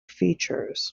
features